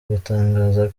gutangaza